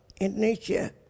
Indonesia